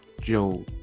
Joe